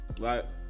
right